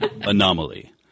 Anomaly